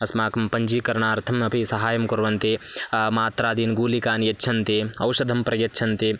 अस्माकं पञ्जीकरणार्थम् अपि सहायं कुर्वन्ति मात्रादीन् गुलिकाः यच्छन्ति औषधं प्रयच्छन्ति